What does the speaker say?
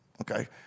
okay